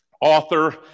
author